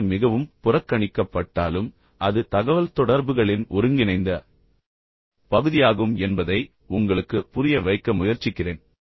கேட்பது மிகவும் புறக்கணிக்கப்பட்டாலும் அது தகவல்தொடர்புகளின் ஒருங்கிணைந்த பகுதியாகும் என்பதை உங்களுக்கு புரிய வைக்க முயற்சிக்கிறேன்